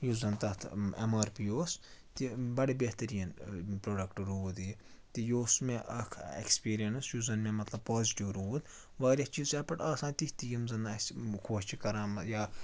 یُس زَن تَتھ ایم آر پی اوس تہِ بَڑٕ بہتریٖن پرٛوڈَکٹ روٗد یہِ تہِ یہِ اوس مےٚ اَکھ اٮ۪کٕسپیٖریَنس یُس زَن مےٚ مطلب پازِٹِو روٗد واریاہ چیٖز یَتھ پٮ۪ٹھ آسان تِتھۍ تہِ یِم زَن نہٕ اَسہِ خۄش چھِ کَران یا